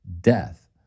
death